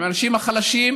עם האנשים החלשים,